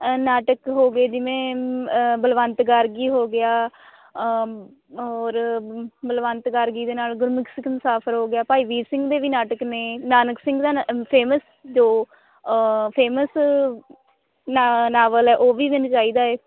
ਨਾਟਕ ਹੋ ਗਏ ਜਿਵੇਂ ਬਲਵੰਤ ਗਾਰਗੀ ਹੋ ਗਿਆ ਹੋਰ ਬਲਵੰਤ ਗਾਰਗੀ ਦੇ ਨਾਲ ਗੁਰਮੁਖ ਸ ਸਿੰਘ ਮੁਸਾਫ਼ਰ ਹੋ ਗਿਆ ਭਾਈ ਵੀਰ ਸਿੰਘ ਦੇ ਵੀ ਨਾਟਕ ਨੇ ਨਾਨਕ ਸਿੰਘ ਦਾ ਨਾ ਫੇਮਸ ਜੋ ਫੇਮਸ ਨਾ ਨਾਵਲ ਹੈ ਉਹ ਵੀ ਮੈਨੂੰ ਚਾਹੀਦਾ ਹੈ